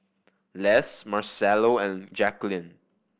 Les Marcello and Jacquelin